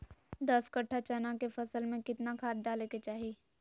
दस कट्ठा चना के फसल में कितना खाद डालें के चाहि?